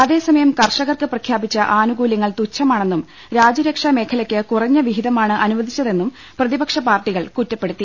അതേസമയം കർഷകർക്ക് പ്രഖ്യാപിച്ച ആനുകൂല്യങ്ങൾ തുച്ഛമാണെന്നും രാജ്യരക്ഷാ മേഖലയ്ക്ക് കുറഞ്ഞ വിഹിത മാണ് അനുവദിച്ചതെന്നും പ്രതിപക്ഷ പാർട്ടികൾ കുറ്റപ്പെടുത്തി